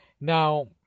now